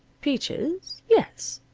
peaches? yes.